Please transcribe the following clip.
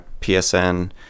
PSN